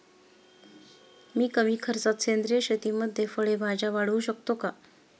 मी कमी खर्चात सेंद्रिय शेतीमध्ये फळे भाज्या वाढवू शकतो का?